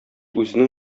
үзенең